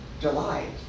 delight